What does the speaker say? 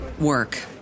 work